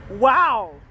Wow